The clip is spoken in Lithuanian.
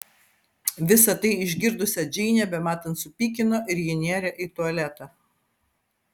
visa tai išgirdusią džeinę bematant supykino ir ji nėrė į tualetą